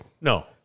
No